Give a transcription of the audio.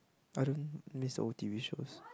I don't miss old T_V shows